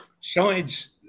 sides